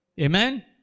Amen